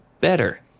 better